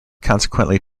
consequently